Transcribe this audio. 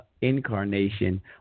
incarnation